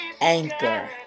Anchor